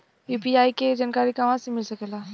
UPI के जानकारी कहवा मिल सकेले?